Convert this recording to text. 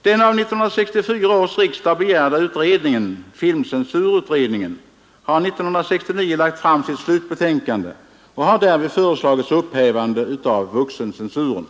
Den av 1964 års riksdag begärda utredningen, filmcensurutredningen, lade 1969 fram sitt slutbetänkande och föreslog därvid upphävande av vuxencensuren.